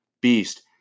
beast